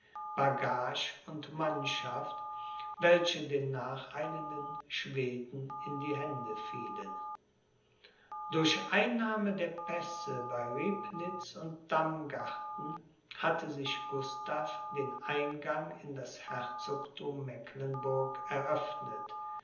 bagage und mannschaft welche den nacheilenden schweden in die hände fielen durch einnahme der pässe bei ribnitz und damgarten hatte sich gustav den eingang in das herzogthum mecklenburg eröffnet